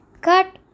cut